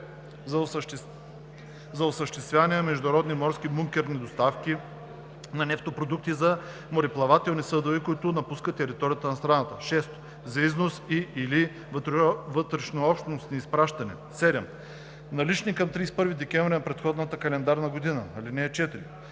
за осъществяване на международни морски бункерни доставки на нефтопродукти за мореплавателни съдове, които напускат територията на страната; 6. за износ и/или вътрешнообщностни изпращания; 7. налични към 31 декември на предходната календарна година. (4)Горивото